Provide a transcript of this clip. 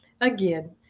again